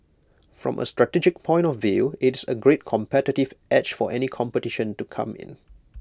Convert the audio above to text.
from A strategic point of view it's A great competitive edge for any competition to come in